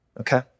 okay